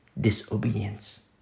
disobedience